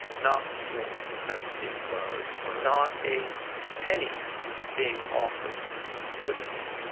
not one. that speaks louder than words. not a penny being offered for the film.